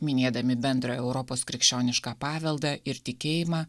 minėdami bendrą europos krikščionišką paveldą ir tikėjimą